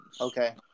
Okay